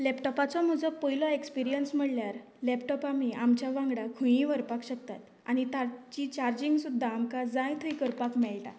लेपटॉपाचो म्हजो पयलो एक्सपिरियंन्स म्हळ्यार लेपटॉप आमी आमच्या वांगडा खंय व्हरपाक शकता आनी ताची चार्जींग सुद्दां आमकां जाय थंय करपाक मेळटा